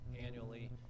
annually